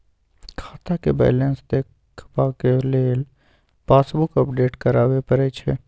खाताक बैलेंस देखबाक लेल पासबुक अपडेट कराबे परय छै